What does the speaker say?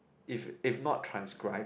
if if not transcript